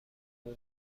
اون